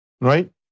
Right